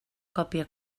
còpia